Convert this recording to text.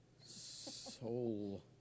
Soul